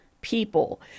people